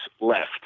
left